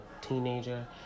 teenager